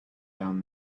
down